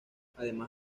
además